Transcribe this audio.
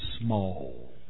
small